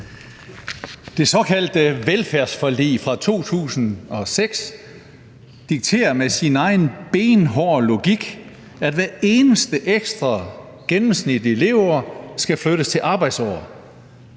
Det såkaldte velfærdsforlig fra 2006 dikterer med sin egen benhårde logik, at hvert eneste ekstra gennemsnitlige leveår skal flyttes til arbejdsår.